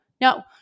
no